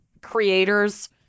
creators